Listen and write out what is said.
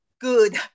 good